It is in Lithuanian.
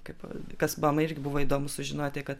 kaip kas man irgi buvo įdomu sužinoti kad